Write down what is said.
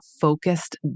focused